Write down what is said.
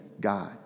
god